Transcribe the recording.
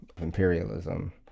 imperialism